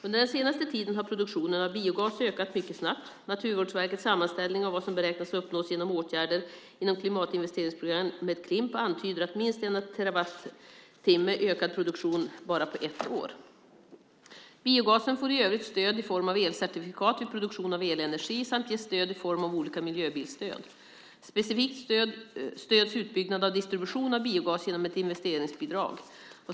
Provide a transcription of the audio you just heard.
Under den senaste tiden har produktionen av biogas ökat mycket snabbt. Naturvårdsverkets sammanställning av vad som beräknas uppnås genom åtgärder inom Klimatinvesteringsprogrammet, Klimp, antyder minst ca 1 terawattimme ökad produktion bara på ett par år. Biogasen får i övrigt stöd i form av elcertifikat vid produktion av elenergi samt ges stöd i form av olika miljöbilsstöd. Specifikt stöds utbyggnad av distribution av biogas genom ett investeringsbidrag.